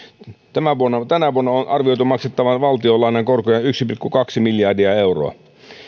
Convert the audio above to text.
tänä vuonna on on arvioitu maksettavan valtionlainojen korkoja yksi pilkku kaksi miljardia euroa